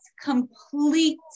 complete